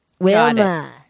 Wilma